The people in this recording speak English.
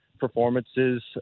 performances